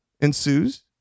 ensues